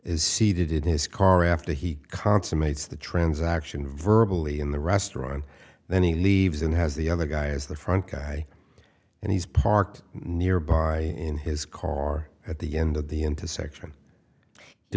is seated in his car after he consummates the transaction verbal in the restaurant and then he leaves and has the other guy is the front guy and he's parked nearby in his car at the end of the intersection do